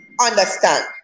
understand